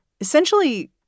essentially